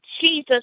Jesus